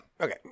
Okay